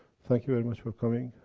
thanks you very much for coming!